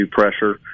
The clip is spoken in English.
pressure